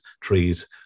trees